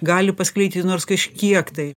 gali paskleisti nors kažkiek tai